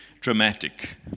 dramatic